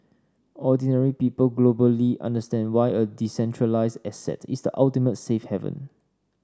ordinary people globally understand why a decentralised asset is the ultimate safe haven